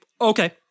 Okay